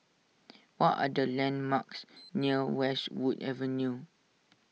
what are the landmarks near Westwood Avenue